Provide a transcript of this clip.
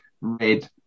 red